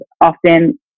often